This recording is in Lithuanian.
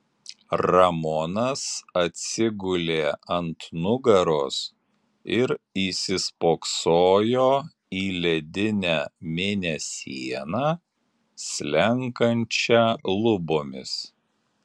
ramonas atsigulė ant nugaros ir įsispoksojo į ledinę mėnesieną slenkančią lubomis